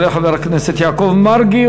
יעלה חבר הכנסת יעקב מרגי,